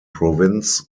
provinz